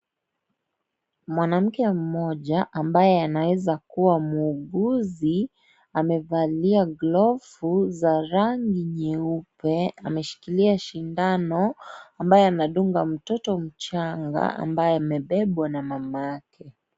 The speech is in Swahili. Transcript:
Mwanamke mmoja ambaye anaweza kuwa muuguzi amevalia glovu za rangi nyeupe, ameshikilia sindano ambayo anadunga mtoto mchanga ambaye amebebwa na mamake.